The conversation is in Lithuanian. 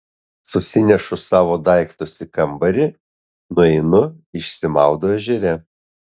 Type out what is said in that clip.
susinešu savo daiktus į kambarį nueinu išsimaudau ežere